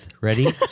Ready